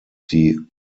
die